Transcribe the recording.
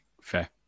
Fair